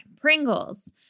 Pringles